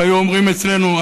איך היו אומרים אצלנו?